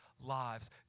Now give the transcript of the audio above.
lives